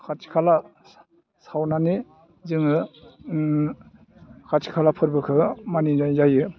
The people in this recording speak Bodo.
खाथि खाला सावनानै जोङो खाथि खाला फोरबोखौ मानिनाय जायो